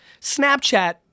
Snapchat